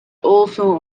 also